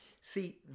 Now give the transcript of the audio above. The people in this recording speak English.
See